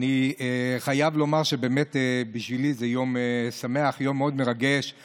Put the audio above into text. אני חייב לומר שבשבילי זה יום שמח ומרגש מאוד,